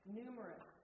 numerous